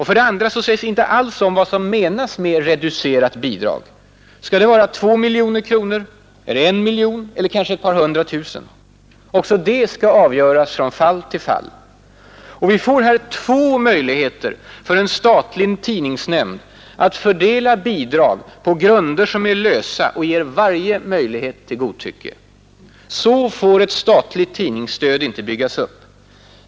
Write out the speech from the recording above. För det andra sägs inte alls vad som menas med ”reducerat bidrag”. Skall det vara 2 miljoner kronor eller 1 miljon eller kanske ett par hundra tusen? Också det skall avgöras från fall till fall Vi får här två möjligheter för en statlig tidningsnämnd att fördela bidrag på grunder som är lösa och ger varje möjlighet till godtycke. Så får ett statligt tidningsstöd inte byggas upp.